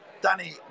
Danny